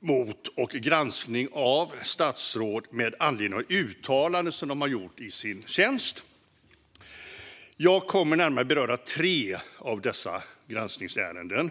mot och granskning av statsråd med anledning av uttalanden som de har gjort i sin tjänst. Jag kommer att närmare beröra tre av dessa granskningsärenden.